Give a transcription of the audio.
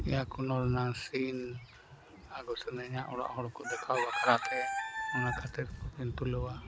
ᱤᱭᱟᱹ ᱠᱳᱱᱳᱨᱮᱱᱟᱝ ᱥᱤᱱ ᱟᱹᱜᱩ ᱥᱟᱱᱟᱧᱟ ᱚᱲᱟᱜ ᱦᱚᱲᱠᱚ ᱫᱮᱠᱷᱟᱣ ᱵᱟᱠᱷᱟᱨᱟᱛᱮ ᱚᱱᱟᱠᱷᱟᱹᱛᱤᱨᱤᱧ ᱛᱩᱞᱟᱹᱣᱟ